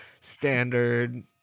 standard